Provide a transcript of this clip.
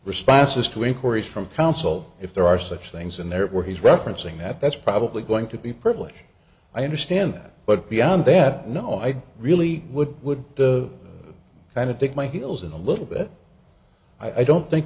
responses to inquiries from counsel if there are such things in there where he's referencing that that's probably going to be privileged i understand that but beyond that no i really would would kind of dig my heels in a little bit i don't think